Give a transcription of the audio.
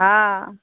हँ